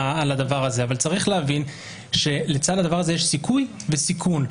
אבל כן צריך להבין שלצד הדבר הזה יש סיכוי וסיכון.